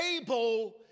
able